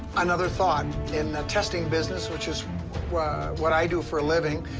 another thought in the testing business, which is what i do for a living,